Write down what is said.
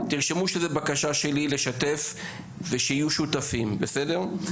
תרשמו שזאת בקשה שלי, לשתף, ושיהיו שותפים, בסדר?